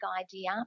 idea